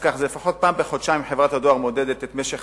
לפחות פעם בחודשיים חברת הדואר מודדת את משך